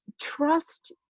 trust